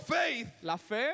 faith